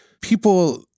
people